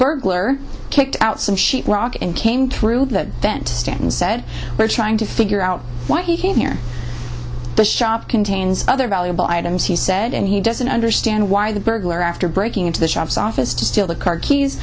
burglar kicked out some sheet rock and came through the vent stand and said we're trying to figure out why he came here the shop contains other valuable items he said and he doesn't understand why the burglar after breaking into the shops office to steal the car keys